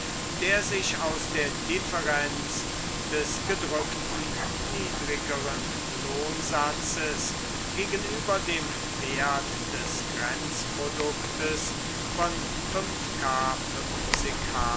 der sich aus der differenz des gedrückten niedrigeren lohnsatzes gegenüber dem wert des grenzproduktes von